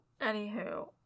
anywho